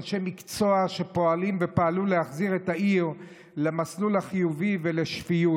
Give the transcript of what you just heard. אנשי מקצוע שפועלים ופעלו להחזיר את העיר למסלול החיובי ולשפיות.